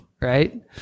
right